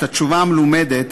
את התשובה המלומדת,